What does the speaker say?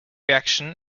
reaction